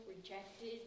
rejected